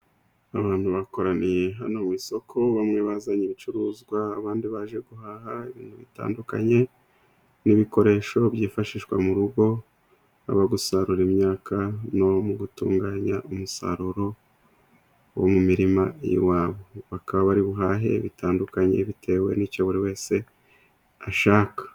Abantu bakoraniye hano mu isoko, bamwe bazanye ibicuruzwa abandi baje guhaha ibintu bitandukanye, n'ibikoresho byifashishwa mu rugo, abo gusarura imyaka no mu gutunganya umusaruro wo mu mirima y'iwabo bakaba bari buhahe bitandukanye bitewe n'icyo buri wese ashaka.